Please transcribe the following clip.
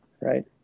right